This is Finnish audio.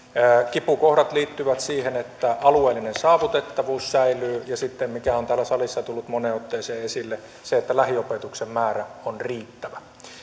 kipukohdat liittyvät siihen että alueellinen saavutettavuus säilyy ja sitten siihen mikä on täällä salissa tullut moneen otteeseen esille että lähiopetuksen määrä on riittävä tästä